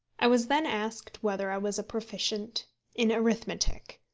i was then asked whether i was a proficient in arithmetic.